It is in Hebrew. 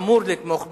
אמור לתמוך בה,